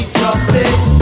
justice